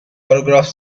autograph